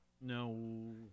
No